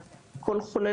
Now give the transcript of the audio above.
חולה,